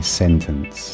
sentence